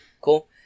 Cool